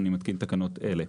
אני מתקין תקנות אלה: